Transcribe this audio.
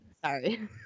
Sorry